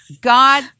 God